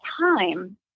time